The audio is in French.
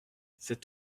cet